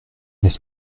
n’est